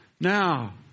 now